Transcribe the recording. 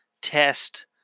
Test